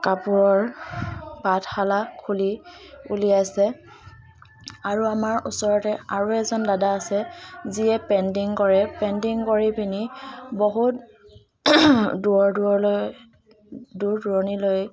কাপোৰৰ পাঠশালা খুলি উলিয়াইছে আৰু আমাৰ ওচৰতে আৰু এজন দাদা আছে যিয়ে পেণ্ডিং কৰে পেণ্ডিং কৰি পিনি বহুত দূৰ দূৰলৈ দূৰ দূৰণিলৈ